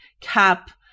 Cap